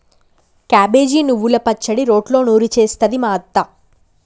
cabbage నువ్వల పచ్చడి రోట్లో నూరి చేస్తది మా అత్త